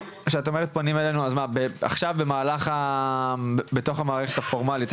אז מה עכשיו במהלך בתוך המערכת הפורמלית,